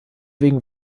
wegen